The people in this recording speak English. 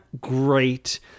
great